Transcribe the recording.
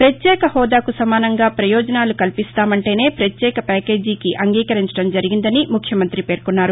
పత్యేక హోదాకు సమానంగా పయోజనాలు కల్పిస్తామంటేనే పత్యేక ప్యాకేజీకి అంగీకరించడం జరిగిందని ముఖ్యమంతి పేర్కొన్నారు